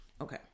Okay